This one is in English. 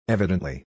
Evidently